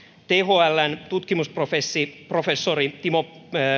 thln tutkimusprofessori tutkimusprofessori timo